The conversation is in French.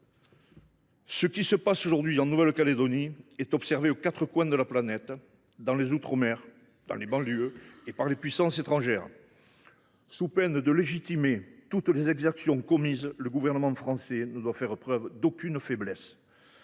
Ce qui se passe aujourd’hui en Nouvelle Calédonie est observé aux quatre coins de la planète, dans les outre mer, dans les banlieues et par les puissances étrangères. Sous peine de légitimer toutes les exactions commises, le Gouvernement ne doit faire preuve d’aucune faiblesse.